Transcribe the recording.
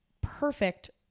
perfect